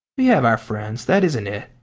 we have our friends. that isn't it.